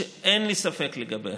שאין לי ספק לגביה: